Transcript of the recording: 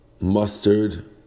mustard